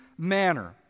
manner